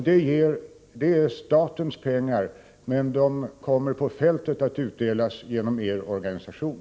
Det är statens pengar, men de kommer på fältet att utdelas genom er organisation.